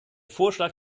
vorschlag